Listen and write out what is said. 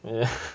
yeah